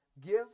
Give